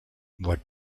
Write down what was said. what